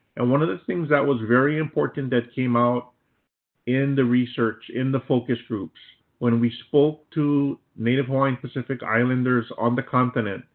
and one of the things that was very important that came out in the research, in the focus groups, when we spoke to native hawaiian pacific islanders on the continent,